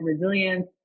resilience